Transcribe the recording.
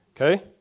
Okay